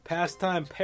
Pastime